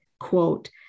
quote